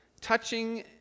touching